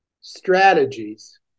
strategies